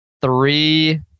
Three